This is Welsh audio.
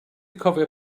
cofio